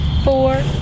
Four